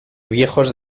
viejos